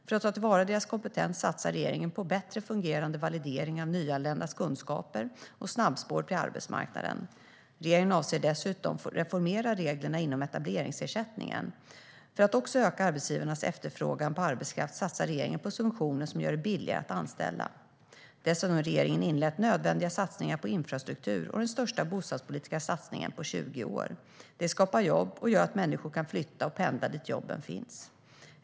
För att ta till vara deras kompetens satsar regeringen på bättre fungerande validering av nyanländas kunskaper och snabbspår till arbetsmarknaden. Regeringen avser dessutom att reformera reglerna inom etableringsersättningen. För att också öka arbetsgivarnas efterfrågan på arbetskraft satsar regeringen på subventioner som gör det billigare att anställa. Dessutom har regeringen inlett nödvändiga satsningar på infrastruktur och den största bostadspolitiska satsningen på 20 år. Det skapar jobb och gör att människor kan flytta och pendla dit jobben finns.